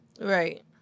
right